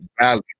value